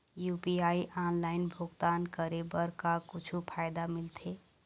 UPI online भुगतान करे बर का कुछू फायदा मिलथे?